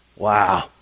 Wow